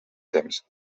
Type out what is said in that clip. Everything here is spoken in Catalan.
temps